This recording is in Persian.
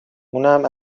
اونم